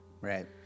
Right